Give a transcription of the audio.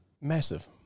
massive